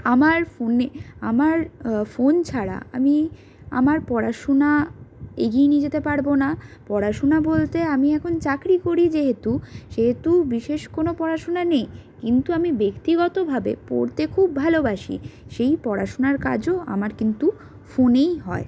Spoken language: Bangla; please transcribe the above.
আমার ফোনে আমার ফোন ছাড়া আমি আমার পড়াশুনা এগিয়ে নিয়ে যেতে পারবো না পড়াশুনা বলতে আমি এখন চাকরি করি যেহেতু সেহেতু বিশেষ কোনো পড়াশোনা নেই কিন্তু আমি ব্যক্তিগতভাবে পড়তে খুব ভালোবাসি সেই পড়াশোনার কাজও আমার কিন্তু ফোনেই হয়